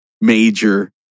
major